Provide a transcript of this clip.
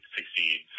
succeed